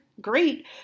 great